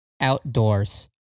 outdoors